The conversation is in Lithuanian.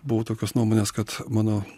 buvau tokios nuomonės kad mano